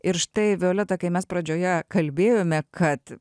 ir štai violeta kai mes pradžioje kalbėjome kad